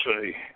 say